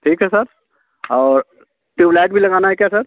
ठीक है सर और ट्यूबलाइट भी लगानी है क्या सर